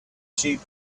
sheep